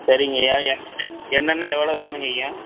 சரிங்கய்யா என்னென்ன எவ்வளவு வேணுங்கய்யா